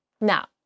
Now